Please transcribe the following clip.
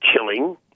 killing